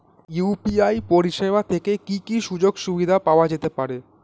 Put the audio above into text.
UPI পরিষেবা থেকে কি কি সুযোগ সুবিধা পাওয়া যেতে পারে?